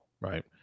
Right